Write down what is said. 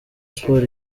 sport